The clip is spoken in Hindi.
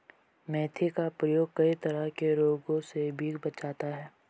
मेथी का प्रयोग कई तरह के रोगों से भी बचाता है